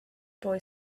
boy